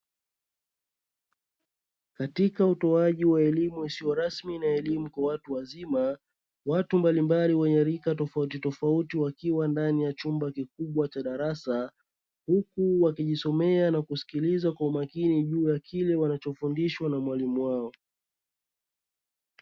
Katika utoaji wa elimu isiyo rasmi na elimu kwa watu wazima, watu mbalimbali wenye rika tofauti tofauti, wakiwa ndani ya chumba kikubwa cha darasa huku wakijisomea na kusikiliza kwa umakini juu ya kile wanachofundishwa na mwalimu wao.